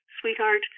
sweetheart